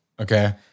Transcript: Okay